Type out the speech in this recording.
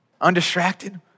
undistracted